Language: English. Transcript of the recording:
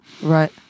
Right